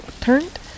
turned